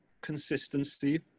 consistency